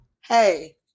Hey